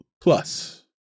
Plus